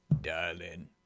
Darling